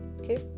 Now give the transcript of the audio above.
Okay